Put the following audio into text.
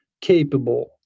capable